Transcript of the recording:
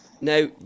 Now